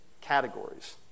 categories